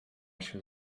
się